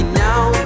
now